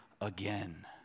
again